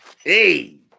Hey